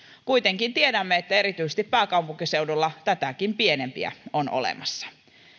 kuitenkin tiedämme että erityisesti pääkaupunkiseudulla tätäkin pienempiä on olemassa